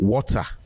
Water